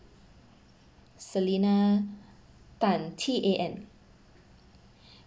selina tan T A N